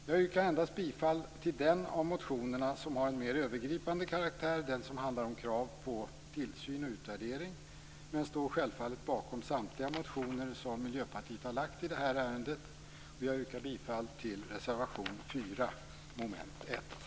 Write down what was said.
Jag yrkar endast bifall i fråga om den av motionerna som har en mer övergripande karaktär, den som handlar om krav på tillsyn och utvärdering, men jag står självfallet bakom samtliga motioner som Miljöpartiet har lagt i det här ärendet. Jag yrkar bifall till reservation 4 under mom. 1.